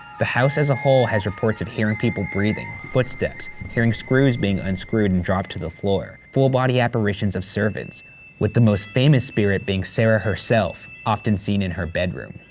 the house as a whole has reports of hearing people breathing footsteps, hearing screws being unscrewed and dropped to the floor, floor, full body apparitions of servants with the most famous spirit being sarah herself often seen in her bedroom.